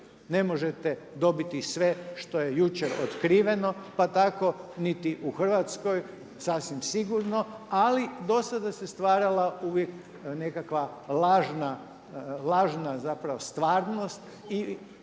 ne možete dobiti sve što je jučer otkriveno pa tako niti u Hrvatskoj, sasvim sigurno, ali dosada se stvarala uvijek nekakva lažna stvarnost